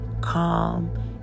calm